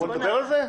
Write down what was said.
נדבר על זה?